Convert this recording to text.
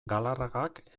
galarragak